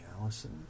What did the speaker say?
Allison